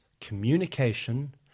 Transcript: communication